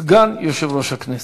סגן יושב-ראש הכנסת.